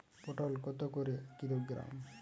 পটল কত করে কিলোগ্রাম?